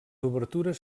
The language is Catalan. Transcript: obertures